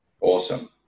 Awesome